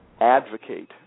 advocate